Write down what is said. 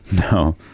No